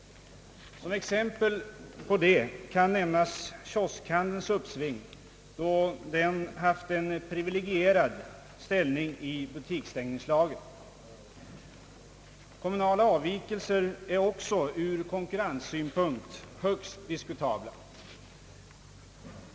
Som exempel på det kan nämnas kioskhandelns uppsving, då den haft en privilegierad ställning i butikstängningslagen. Kommunala avvikelser är också ur konkurrenssynpunkt högst diskutabla.